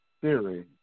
theory